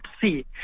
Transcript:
see